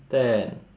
ten